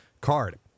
card